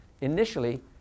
initially